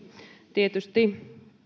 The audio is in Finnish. tietysti